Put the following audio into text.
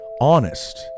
honest